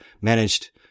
managed